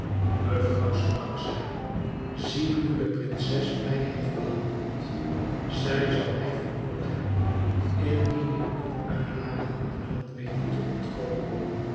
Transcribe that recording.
mevrouw sprak zij zie hoe de prinses mij heeft behandeld zij zou mij vermoord hebben indien ik niet uit hare handen had weten te ontkomen